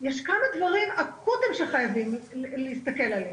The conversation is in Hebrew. יש כמה דברים אקוטיים שחייבים להסתכל עליהם.